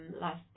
last